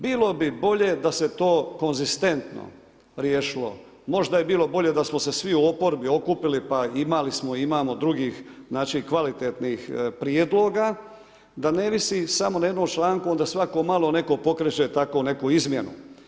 Bilo bi bolje da se to konzistentno riješilo, možda je bilo bolje da smo se svi u oporbi okupili pa imali smo, imamo drugih kvalitetnih prijedloga da ne visi samo na jednom članku onda svako malo neko pokreće tako neku izmjenu.